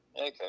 Okay